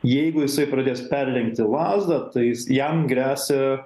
jeigu jisai pradės perlenkti lazdą tai jam gresia